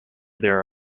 their